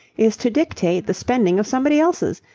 is to dictate the spending of somebody else's,